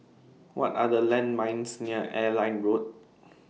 What Are The landmarks near Airline Road